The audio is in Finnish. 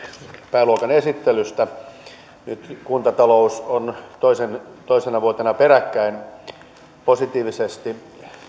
pääluokan esittelystä nyt kuntatalous on toisena toisena vuotena peräkkäin positiivisesti